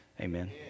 amen